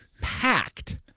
packed